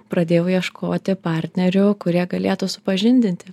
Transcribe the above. pradėjau ieškoti partnerių kurie galėtų supažindinti